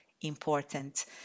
important